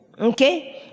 Okay